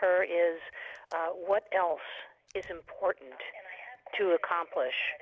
her is what else is important to accomplish